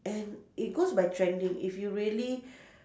and it goes by trending if you really